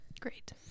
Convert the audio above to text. Great